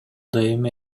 дайыма